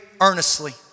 earnestly